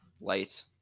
light